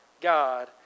God